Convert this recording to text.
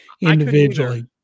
individually